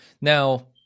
Now